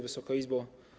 Wysoka Izbo!